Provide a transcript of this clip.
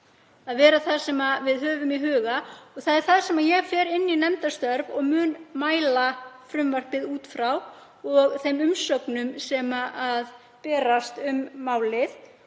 að vera það sem við höfum í huga. Það er það sem ég fer með inn í nefndarstörfin og mun meta frumvarpið út frá sem og þeim umsögnum sem berast um málið